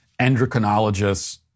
endocrinologists